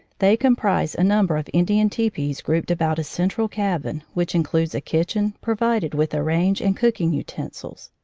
they comprise a number of in dian tepees grouped about a central cabin which includes a kitchen provided with a range and cooking utensils.